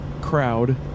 crowd